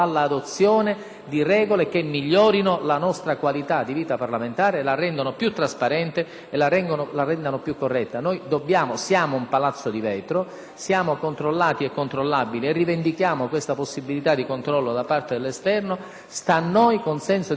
di regole che migliorino la nostra qualità di vita parlamentare e la rendano più trasparente e più corretta. Noi siamo un Palazzo di vetro, siamo controllati e controllabili e rivendichiamo questa possibilità di controllo da parte dell'esterno. Sta a noi, con senso di responsabilità,